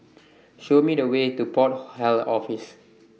Show Me The Way to Port Health Office